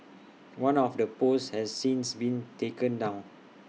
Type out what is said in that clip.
one of the posts has since been taken down